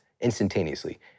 instantaneously